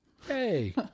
Hey